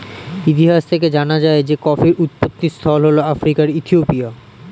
ইতিহাস থেকে জানা যায় যে কফির উৎপত্তিস্থল হল আফ্রিকার ইথিওপিয়া